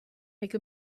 make